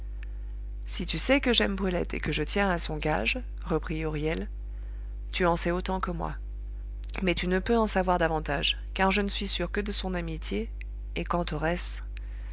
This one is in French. si tu sais que j'aime brulette et que je tiens à son gage reprit huriel tu en sais autant que moi mais tu ne peux en savoir davantage car je ne suis sûr que de son amitié et quant